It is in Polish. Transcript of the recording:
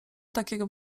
takiego